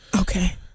Okay